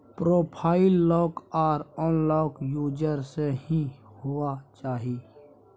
profile lock or unlock user से ही हुआ चाहिए